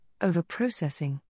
Overprocessing